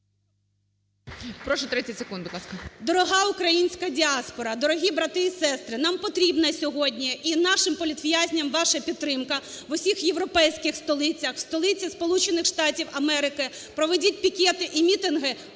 Дорога українська діаспора, дорогі брати і сестри! Нам потрібна сьогодні, і нашим політв'язням ваша підтримка. В усіх європейських столицях, в столиці Сполучених Штатів Америки проведіть пікети і мітинги